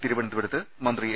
തിരുവനന്തപുരത്ത് മന്ത്രി എ